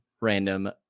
random